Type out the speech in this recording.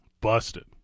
Busted